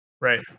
Right